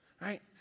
right